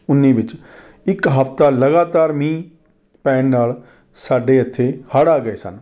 ਉੱਨੀ ਵਿੱਚ ਇੱਕ ਹਫ਼ਤਾ ਲਗਾਤਾਰ ਮੀਂਹ ਪੈਣ ਨਾਲ ਸਾਡੇ ਇੱਥੇ ਹੜ੍ਹ ਆ ਗਏ ਸਨ